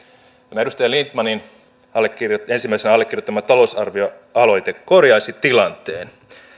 tämä edustaja lindtmanin ensimmäisenä allekirjoittama talousarvioaloite korjaisi tilanteen